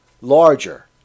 larger